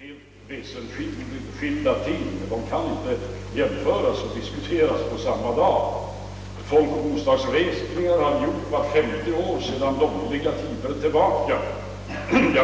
helt väsensskilda ting, som inte kan diskuteras på samma dag. Folkoch bostadsräkningar har vi haft vart femte år sedan långliga tider tillbaka.